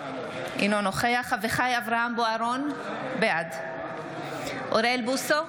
אינו נוכח אביחי אברהם בוארון, בעד אוריאל בוסו,